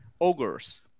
Ogres